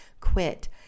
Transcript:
quit